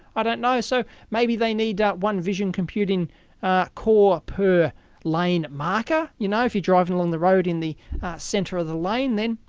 i don't know. so maybe they need one vision computing core per lane marker? you know, if you drive along the road in the center of the lane, then,